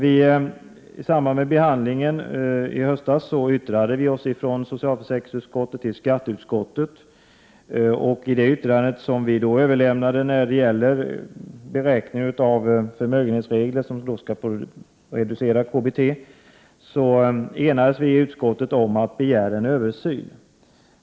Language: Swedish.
I samband med behandlingen i höstas lämnade vi från socialförsäkringsutskottet ett yttrande till skatteutskottet om reglerna för beräkning av förmögenhet som påverkar reduceringen av KBT. Utskottet enade sig om att begära en översyn.